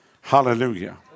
Hallelujah